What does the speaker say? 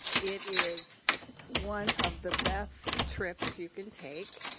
it is one of the best trips you can take.